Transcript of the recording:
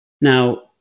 Now